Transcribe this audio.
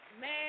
man